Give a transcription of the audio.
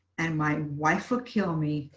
and my wife will kill me.